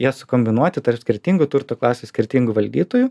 jie sukombinuoti tarp skirtingų turto klasių skirtingų valdytojų